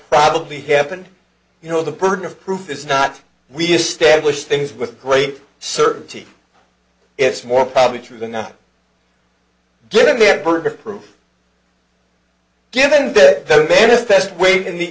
probably happened you know the burden of proof is not we established things with great certainty it's more probably true than not given their burden of proof given that manifest weight in the